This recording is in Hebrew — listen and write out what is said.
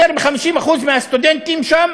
יותר מ-50% מהסטודנטים שם